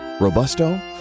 Robusto